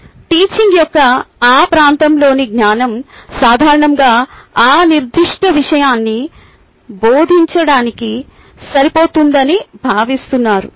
teaching యొక్క ఆ ప్రాంతంలోని జ్ఞానం సాధారణంగా ఆ నిర్దిష్ట విషయాన్ని బోధించడానికి సరిపోతుందని భావిస్తారు